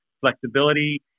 flexibility